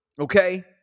Okay